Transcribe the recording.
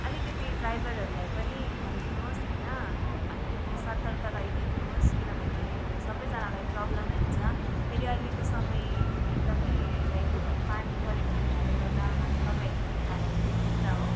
अलिकति ड्राइभरहरूलाई पनि भनिदिनुहोस् होइन अलिकति सतर्क रहिदिनुहोस् किनभने हामी सबैजनालाई प्रब्लमै हुन्छ फेरि अहिलेको समय एकदमै लाइक पानी परेको हुनाले गर्दा तपाईँहरूलाई पनि थाहा भइरहेकै कुरा हो